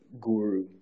guru